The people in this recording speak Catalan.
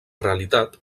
realitat